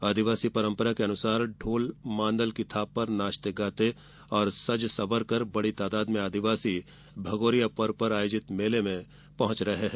आदिवासी परंपरा के अनुसार ढोल मांदल की थाप पर नाचते गाते और सजसंवरकर आदिवासी भगौरिया पर्व पर आयोजित मेले में पहुंच रहे हैं